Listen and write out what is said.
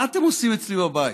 מה אתם עושים אצלי בבית?